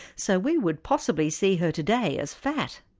so we would possibly see her today as fat.